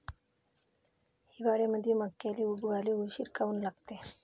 हिवाळ्यामंदी मक्याले उगवाले उशीर काऊन लागते?